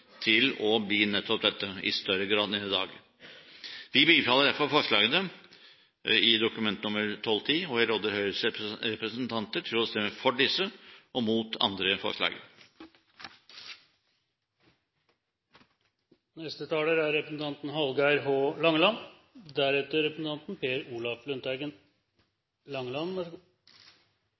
til å bli nettopp dette i større grad enn i dag. Vi bifaller derfor forslagene i Dokument nr. 12:10, og jeg råder Høyres representanter til å stemme for disse og mot andre forslag.